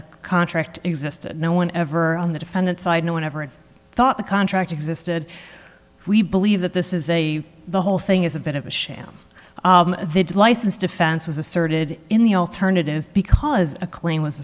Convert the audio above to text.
the contract existed no one ever on the defendant's side no one ever thought the contract existed we believe that this is a the whole thing is a bit of a sham they'd license defense was asserted in the alternative because a claim was